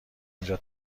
اینجا